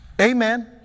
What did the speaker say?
Amen